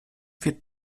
wir